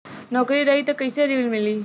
नौकरी रही त कैसे ऋण मिली?